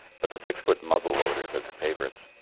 but the six-foot muzzle-loaders are the favourites.